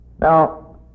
Now